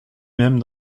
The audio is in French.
même